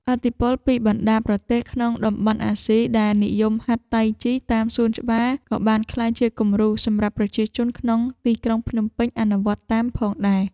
ឥទ្ធិពលពីបណ្ដាប្រទេសក្នុងតំបន់អាស៊ីដែលនិយមហាត់តៃជីតាមសួនច្បារ ក៏បានក្លាយជាគំរូសម្រាប់ប្រជាជនក្នុងទីក្រុងភ្នំពេញអនុវត្តតាមផងដែរ។